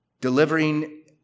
delivering